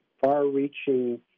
far-reaching